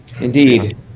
Indeed